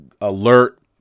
alert